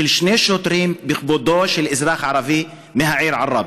שני שוטרים בכבודו של אזרח ערבי מהעיר עראבה.